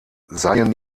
seien